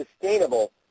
sustainable